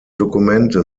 dokumente